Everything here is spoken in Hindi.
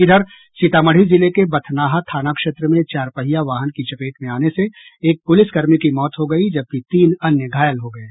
इधर सीतामढ़ी जिले के बथनाहा थाना क्षेत्र में चारपहिया वाहन की चपेट में आने से एक प्रलिसकर्मी की मौत हो गयी जबकि तीन अन्य घायल हो गये